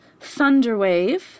Thunderwave